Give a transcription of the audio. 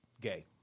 gay